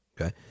okay